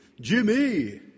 Jimmy